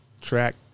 track